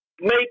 make